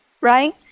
right